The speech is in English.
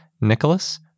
Nicholas